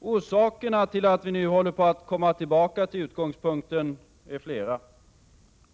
Orsakerna till att vi nu håller på att komma tillbaka till utgångspunkten är flera.